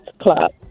Club